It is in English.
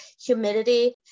humidity